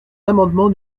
l’amendement